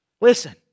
Listen